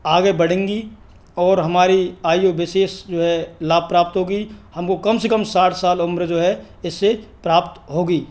आगे बढ़ेगी और हमारी आयु विशेष जो है लाभ प्राप्त होगा हम वो कम से कम साठ साल उम्र जो है इससे प्राप्त होगी